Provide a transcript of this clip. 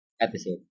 episode